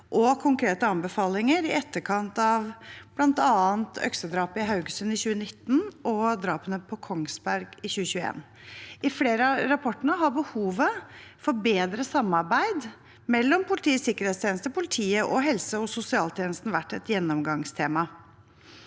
og konkrete anbefalinger i etterkant av bl.a. øksedrapet i Haugesund i 2019 og drapene på Kongsberg i 2021. I flere av rapportene har behovet for bedre samarbeid mellom Politiets sikkerhetstjeneste, politiet og helse- og sosialtjenesten vært et gjennomgangstema.